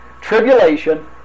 tribulation